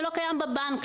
שלא קיים בבנק,